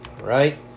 right